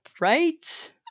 Right